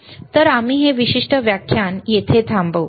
तर आम्ही हे विशिष्ट व्याख्यान येथे थांबवू